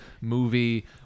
movie